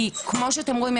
כי כמו שאתם רואים,